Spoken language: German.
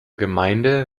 gemeinde